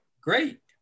Great